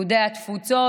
יהודי התפוצות,